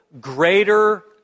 greater